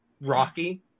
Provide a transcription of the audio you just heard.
Rocky